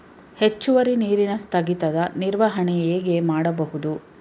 ಹೆಚ್ಚುವರಿ ನೀರಿನ ಸ್ಥಗಿತದ ನಿರ್ವಹಣೆ ಹೇಗೆ ಮಾಡಬಹುದು?